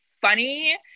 funny